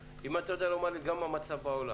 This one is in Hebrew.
האם אתה יודע לומר לי גם מה המצב בעולם?